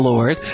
Lord